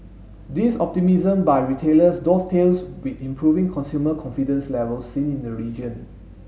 this optimism by retailers dovetails with improving consumer confidence levels seen in the region